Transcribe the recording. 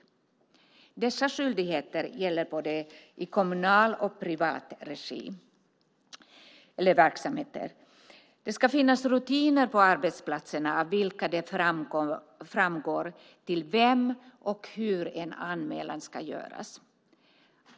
Dessa skyldigheter gäller både i kommunal och i privat verksamhet. Det ska finnas rutiner på arbetsplatserna av vilka det framgår till vem och hur en anmälan ska göras.